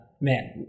man